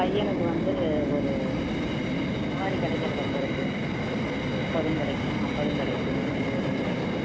பையனுக்கு வந்து ஒரு சவாரி கிடைக்கிறத பொறுத்து முப்பதும் கிடைக்கும் ஐம்பதும் கிடைக்கும் இருபதும் கிடைக்கும்